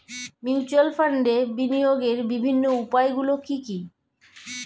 Mutual ফান্ডে বিনিয়োগের বিভিন্ন উপায়গুলি কি কি?